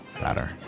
better